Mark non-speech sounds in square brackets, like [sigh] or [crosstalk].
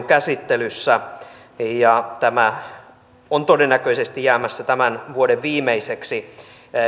[unintelligible] käsittelyssä ja tämä on todennäköisesti jäämässä tämän vuoden viimeiseksi